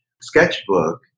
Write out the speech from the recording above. sketchbook